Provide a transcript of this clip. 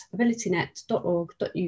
abilitynet.org.uk